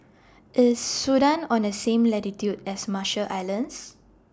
IS Sudan on The same latitude as Marshall Islands